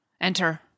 Enter